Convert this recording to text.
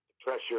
pressure